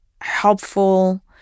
helpful